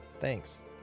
Thanks